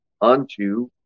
unto